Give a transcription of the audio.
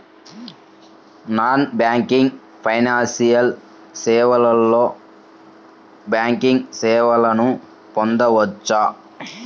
Non banking financial సేవలో banking సేవలను పొందవచ్చా?